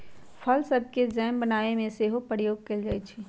फल सभके जैम बनाबे में सेहो प्रयोग कएल जाइ छइ